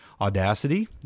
Audacity